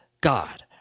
God